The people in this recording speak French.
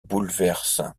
bouleverse